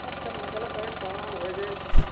हाँ सब मतलब भरै के सामान होए गए अच्छा